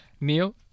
Neil